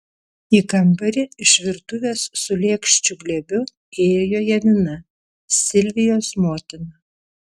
į kambarį iš virtuvės su lėkščių glėbiu įėjo janina silvijos motina